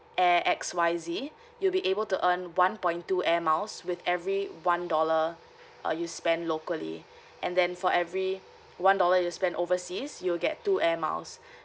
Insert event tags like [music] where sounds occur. air X Y Z you'll be able to earn one point two air miles with every one dollar uh you spend locally and then for every one dollar you spend overseas you'll get two air miles [breath]